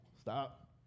stop